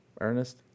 Ernest